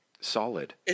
Solid